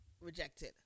rejected